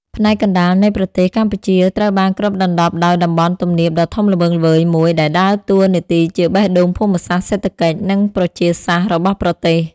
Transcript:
ផ្នែកកណ្ដាលនៃប្រទេសកម្ពុជាត្រូវបានគ្របដណ្ដប់ដោយតំបន់ទំនាបដ៏ធំល្វឹងល្វើយមួយ ដែលដើរតួនាទីជាបេះដូងភូមិសាស្ត្រ សេដ្ឋកិច្ច និងប្រជាសាស្ត្ររបស់ប្រទេស។